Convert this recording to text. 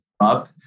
up